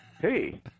Hey